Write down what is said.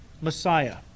Messiah